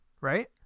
right